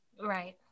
right